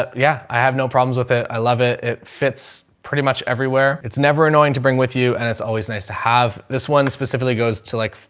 but yeah, i have no problems with it. i love it. it fits pretty much everywhere. it's never annoying to bring with you and it's always nice to have. this one specifically goes to like,